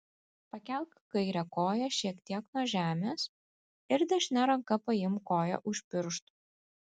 pakelk kairę koją šiek tiek nuo žemės ir dešine ranka paimk koją už pirštų